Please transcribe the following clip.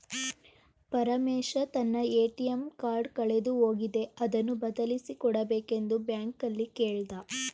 ಪರಮೇಶ ತನ್ನ ATM card ಕಳೆದು ಹೋಗಿದೆ ಅದನ್ನು ಬದಲಿಸಿ ಕೊಡಬೇಕೆಂದು ಬ್ಯಾಂಕಲ್ಲಿ ಕೇಳ್ದ